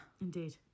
Indeed